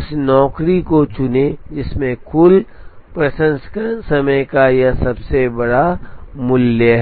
उस नौकरी को चुनें जिसमें कुल प्रसंस्करण समय का सबसे बड़ा मूल्य है